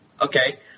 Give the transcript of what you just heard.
Okay